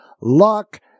lock